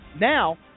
Now